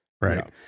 Right